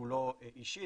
לא אישית.